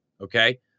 Okay